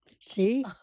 See